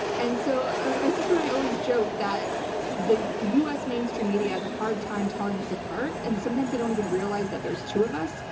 and so my sister and i always joke that the us mainstream media as a hard time telling us apart and sometimes they don't even realize that there's two of us,